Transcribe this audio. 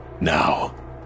Now